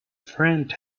friend